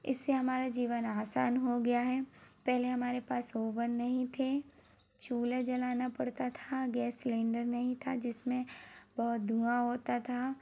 इससे हमारा जीवन आसान हो गया है पहले हमारे पास ओवन नहीं थे चूल्हा जलाना पड़ता था गैस सिलेन्डर नहीं था जिसमें बहुत धुआँ उड़ता था